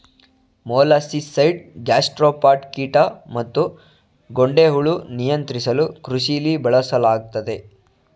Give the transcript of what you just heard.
molluscicide gastropod ಕೀಟ ಮತ್ತುಗೊಂಡೆಹುಳು ನಿಯಂತ್ರಿಸಲುಕೃಷಿಲಿ ಬಳಸಲಾಗ್ತದೆ